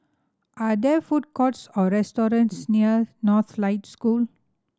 are there food courts or restaurants near Northlights School